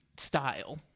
style